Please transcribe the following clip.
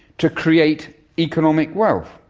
to create economic wealth,